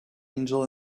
angel